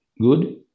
good